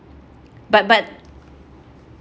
but but